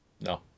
No